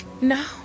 No